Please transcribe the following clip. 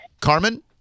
Carmen